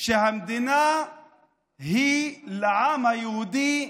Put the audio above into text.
שהמדינה היא לעם היהודי,